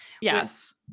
Yes